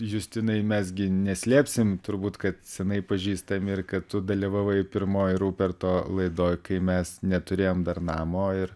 justinai mes gi neslėpsim turbūt kad senai pažįstami ir kad tu dalyvavai pirmoj ruperto laidoj kai mes neturėjom dar namo ir